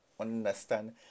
understand